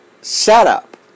setup